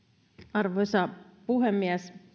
arvoisa puhemies